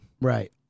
Right